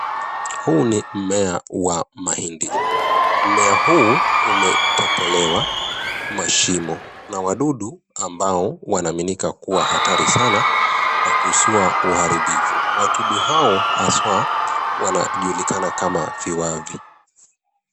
Huu ni mmea wa mahindi. Mmea huu umetobolewa mashimo na wadudu ambao wanaaminika kuwa hatari sana na kuzua uharibifu, wadudu hao haswa wanajulikana kama viwavi.